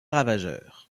ravageur